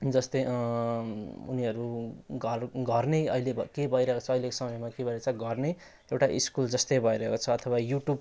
जस्तै उनीहरू घर घर नै अहिले के भइरहेछ अहिलेको समयमा के भइरहेछ घर नै एउटा स्कुल जस्तै भइरहेको छ अथवा यु ट्युब